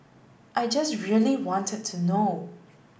I just really wanted to know